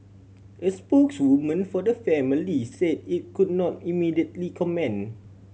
a spokeswoman for the family say it could not immediately comment